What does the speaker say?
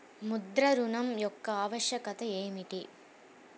ముద్ర ఋణం యొక్క ఆవశ్యకత ఏమిటీ?